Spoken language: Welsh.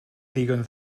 ddigon